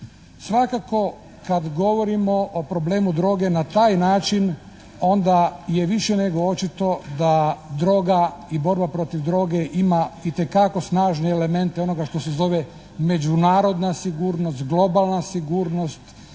Svakako kad govorimo o problemu droge na taj način onda je više nego očito da droga i borba protiv droge ima itekako snažne elemente onoga što se zove međunarodna sigurnost, globalna sigurnost,